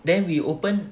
then we open